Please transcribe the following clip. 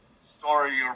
story